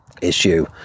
issue